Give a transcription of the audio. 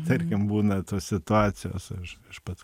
tarkim būna tos situacijos aš aš pats